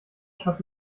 schafft